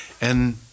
and-